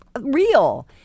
real